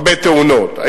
הרבה תאונות,